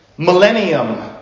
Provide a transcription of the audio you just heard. Millennium